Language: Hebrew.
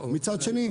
מצד שני,